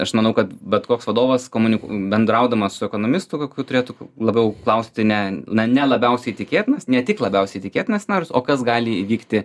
aš manau kad bet koks vadovas komunik bendraudamas su ekonomistu kokių turėtų labiau klausti ne na ne labiausiai tikėtinas ne tik labiausiai tikėtinas na irs o kas gali įvykti